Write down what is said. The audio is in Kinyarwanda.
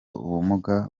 ubumuga